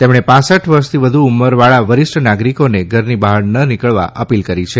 તેમણે પાંસઠ વર્ષથી વધુ ઉંમરવાળા વરિષ્ઠ નાગરિકોને ઘરની બહાર ન નિકળવા અપીલ કરી છે